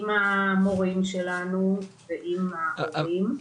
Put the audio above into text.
עם המורים שלנו ועם ההורים.